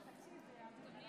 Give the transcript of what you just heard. מזל שיש, בקואליציה.